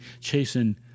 chasing